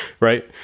right